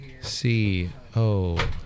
C-O